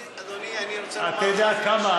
אדוני, אני רוצה לומר לך, אתה יודע כמה?